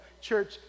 church